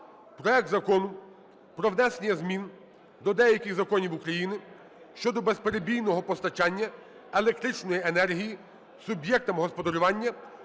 проект Закону про внесення змін до деяких законів України щодо безперебійного постачання електричної енергії суб'єктам господарювання,